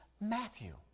Matthew